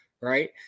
right